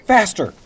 Faster